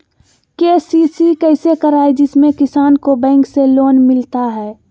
KCC कैसे कराये जिसमे किसान को बैंक से लोन मिलता है?